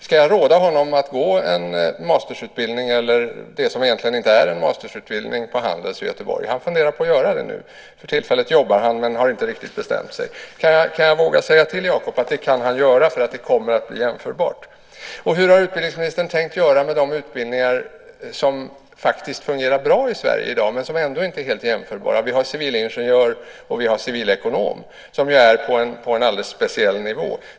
Ska jag råda honom att gå en masterutbildning eller på det som egentligen inte är en masterutbildning, på Handels i Göteborg? Han funderar på att göra det. För tillfället jobbar han men har inte riktigt bestämt sig. Kan jag våga säga till Jacob att det kan han göra för att det kommer att bli jämförbart? Hur har utbildningsministern tänkt göra med de utbildningar som faktiskt fungerar bra i Sverige i dag men som ändå inte är helt jämförbara? Vi har civilingenjörsutbildningen och civilekonomutbildningen som ju är på en alldeles speciell nivå.